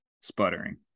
sputtering